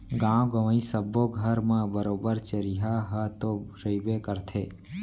गॉंव गँवई सब्बो घर म बरोबर चरिहा ह तो रइबे करथे